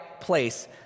place